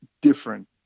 different